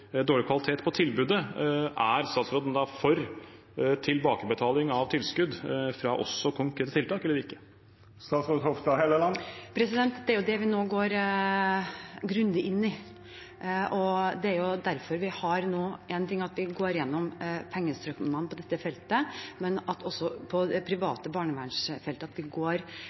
dårlig kvalitet på tilbudet? Er statsråden for tilbakebetaling av tilskudd fra konkrete tiltak eller ikke? Det er det vi nå går grundig inn i. Én ting er at vi derfor går igjennom pengestrømmene på dette feltet nå, men på det private barnevernsfeltet går vi også ned i dybden og ser på